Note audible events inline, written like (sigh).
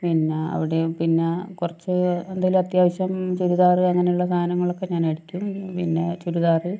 പിന്നെ അവിടെയും പിന്നെ കുറച്ച് എന്തെങ്കിലും അത്യാവശ്യം ചുരിദാർ അങ്ങനെയുള്ള സാധനങ്ങളൊക്കെ ഞാൻ അടിക്കും (unintelligible) പിന്നെ ചുരിദാർ